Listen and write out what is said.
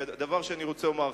דבר אחרון שאני רוצה לומר,